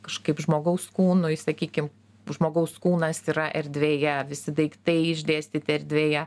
kažkaip žmogaus kūnui sakykim žmogaus kūnas yra erdvėje visi daiktai išdėstyti erdvėje